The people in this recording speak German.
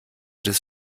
des